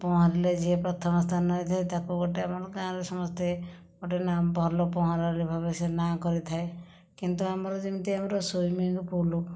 ପହଁରିଲେ ଯିଏ ପ୍ରଥମ ସ୍ଥାନରେ ଥାଏ ତାକୁ ଗୋଟିଏ ଆପଣ ଗାଁରେ ସମସ୍ତେ ଗୋଟିଏ ନାଁ ଭଲ ପହଁରାଳୀ ଭାବରେ ସେ ନାଁ କରିଥାଏ କିନ୍ତୁ ଆମର ଯେମିତି ଆମର ସୁଇମିଂ ପୁଲ୍